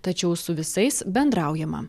tačiau su visais bendraujama